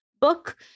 book